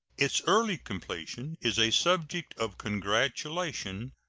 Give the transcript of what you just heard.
its early completion is a subject of congratulation,